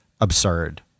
absurd